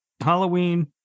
Halloween